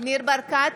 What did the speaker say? ניר ברקת,